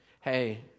hey